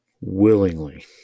Willingly